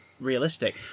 realistic